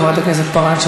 חברת הכנסת פארן,